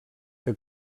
que